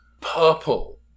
purple